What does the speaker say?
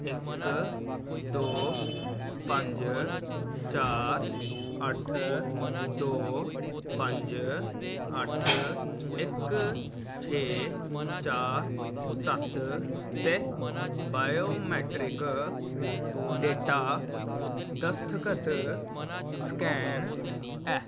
इक दो पंज चार अट्ठ दो पंज अट्ठ इक छेऽ चार सत्त ते बायोमेट्रिक डेटा दस्तखत स्कैन ऐ